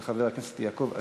של חברי הכנסת יעקב אשר,